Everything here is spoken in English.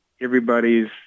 everybody's